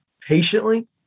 patiently